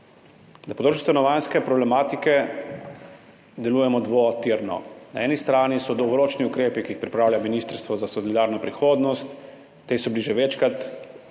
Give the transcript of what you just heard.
Na področju stanovanjske problematike delujemo dvotirno. Na eni strani so dolgoročni ukrepi, ki jih pripravlja Ministrstvo za solidarno prihodnost, ti so bili že večkrat